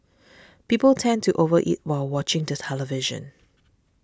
people tend to over eat while watching the television